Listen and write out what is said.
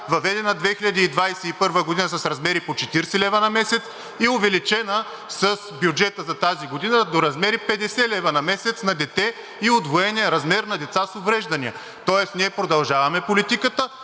въведена 2021 г., с размери по 40 лв. на месец и увеличена с бюджета за тази година до размери 50 лв. на месец на дете и удвоения размер на деца с увреждания. Тоест ние продължаваме политиката,